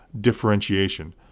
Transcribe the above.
differentiation